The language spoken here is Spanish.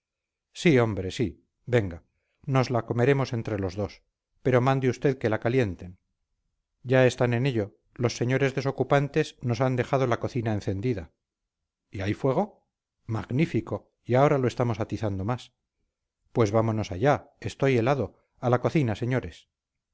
sí hombre sí venga nos la comeremos entre los dos pero mande usted que la calienten ya están en ello los señores desocupantes nos han dejado la cocina encendida y hay fuego magnífico y ahora lo estamos atizando más pues vámonos allá estoy helado a la cocina señores